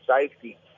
safety